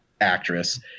actress